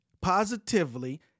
positively